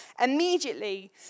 immediately